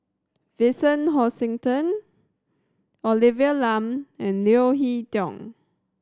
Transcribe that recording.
Vincent Hoisington Olivia Lum and Leo Hee Tong